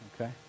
okay